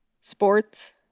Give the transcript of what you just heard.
Sports